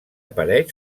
apareix